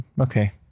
Okay